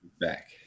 Back